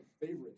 favorite